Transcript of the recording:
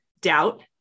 doubt